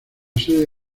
sede